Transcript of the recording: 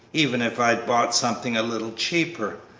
even if i'd bought something a little cheaper.